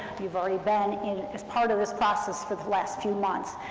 you've already been in as part of this process for the last few months,